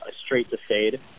straight-to-fade